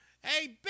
Hey